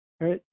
right